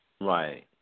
Right